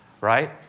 right